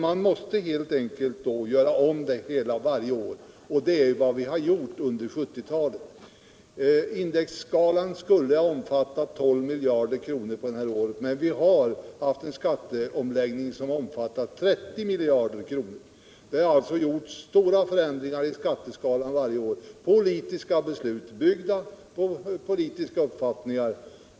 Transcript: Man måste helt enkelt göra om skalorna varje år, och det är vad vi har gjort under 1970-talet. Indexskalan skulle ha omfattat 12 miljarder de här åren, men vi har haft en skatteomläggning som har omfattat 30 miljarder kronor. Det har alltså gjorts stora förändringar i skatteskalorna varje år. Det har som grund haft politiska beslut, byggda på politiska uppfattningar.